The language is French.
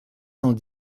cent